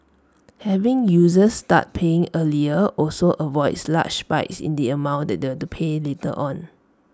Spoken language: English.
having users start paying earlier also avoids large spikes in the amount that they pay later on